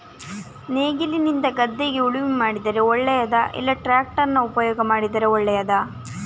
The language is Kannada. ನೇಗಿಲಿನಿಂದ ಗದ್ದೆ ಉಳುಮೆ ಮಾಡಿದರೆ ಒಳ್ಳೆಯದಾ ಇಲ್ಲ ಟ್ರ್ಯಾಕ್ಟರ್ ಉಪಯೋಗ ಮಾಡಿದರೆ ಒಳ್ಳೆಯದಾ?